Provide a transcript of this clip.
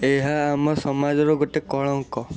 ଏହା ଆମ ସମାଜର ଗୋଟେ କଳଙ୍କ